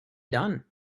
done